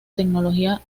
tecnología